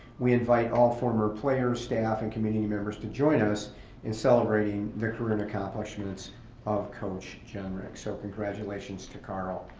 we invite all former players, staff, and community members to join us in celebrating the career and accomplishments of coach generick, so congratulations to carl.